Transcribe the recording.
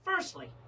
Firstly